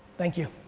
thank you.